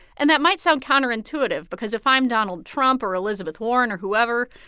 and that might sound counterintuitive because if i'm donald trump or elizabeth warren or whoever,